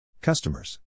Customers